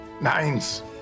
Nines